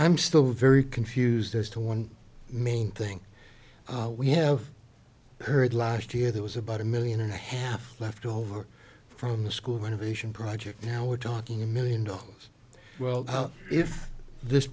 i'm still very confused as to one main thing we have heard last year there was about a million and a half left over from the school innovation project now we're talking a million dollars well if this